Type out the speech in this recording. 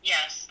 Yes